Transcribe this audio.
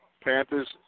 Panthers